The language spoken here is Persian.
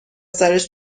سرش